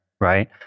Right